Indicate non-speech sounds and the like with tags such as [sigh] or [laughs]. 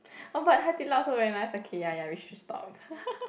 oh but Hai-Di-Lao also very nice okay ya ya we should stop [laughs]